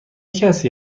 کسی